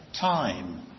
time